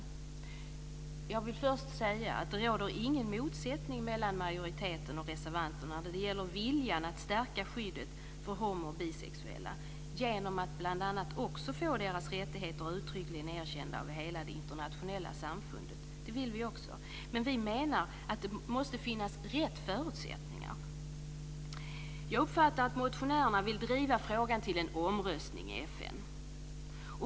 Först vill jag säga att det inte råder någon motsättning mellan majoriteten och reservanterna när det gäller viljan att stärka skyddet för homo och bisexuella bl.a. genom att få också deras rättigheter uttryckligen erkända av hela det internationella samfundet. Det vill vi också. Men vi menar att det måste finnas rätt förutsättningar. Jag uppfattar att motionärerna vill driva frågan till en omröstning i FN.